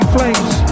Flames